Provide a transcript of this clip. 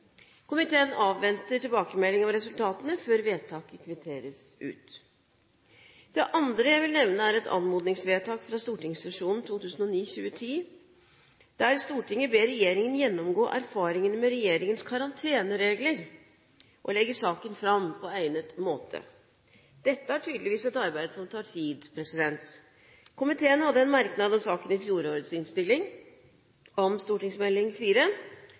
Komiteen avventer tilbakemelding om resultatene før vedtaket kvitteres ut. Det andre jeg vil nevne, er et anmodningsvedtak fra stortingssesjonen 2009–2010, der Stortinget ber regjeringen gjennomgå erfaringene med regjeringens karanteneregler og legge saken fram på egnet måte. Dette er tydeligvis et arbeid som tar tid. Komiteen hadde en merknad om saken i fjorårets innstilling